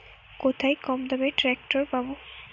কোথায় কমদামে ট্রাকটার পাব?